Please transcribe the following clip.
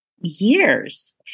years